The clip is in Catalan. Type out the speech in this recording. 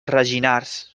rellinars